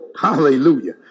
Hallelujah